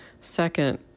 Second